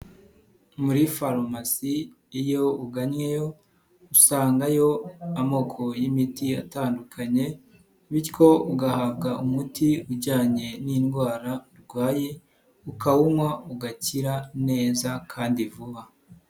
Muri farumasi iyo ugannyeyo usangayo amoko y'imiti atandukanye bityo ugahabwa umuti ujyanye n'indwara urwaye ukawunywa ugakira neza kandi vuba.